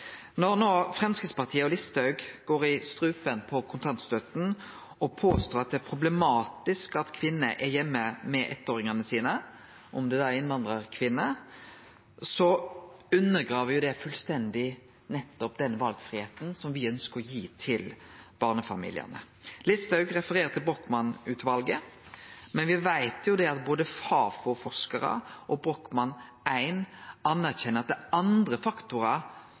Når Framstegspartiet og statsråd Listhaug no går i strupen på kontantstøtta og påstår at det er problematisk at kvinner er heime med eittåringane sine – om det er innvandrarkvinner – undergraver jo det fullstendig nettopp den valfridomen som me ønskjer å gi til barnefamiliane. Listhaug refererer til Brochmann-utvalet, men me veit at både Fafo-forskarar og rapporten frå Brochmann I-utvalet anerkjenner at det er andre faktorar